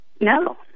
No